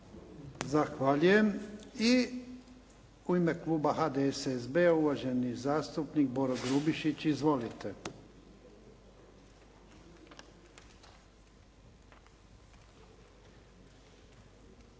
Zahvaljujem. I u ime kluba HDSSB-a, uvaženi zastupnik Boro Grubišić. Izvolite.